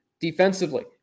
defensively